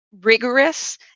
rigorous